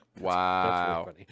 wow